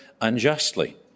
unjustly